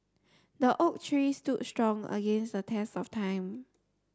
the oak tree stood strong against the test of time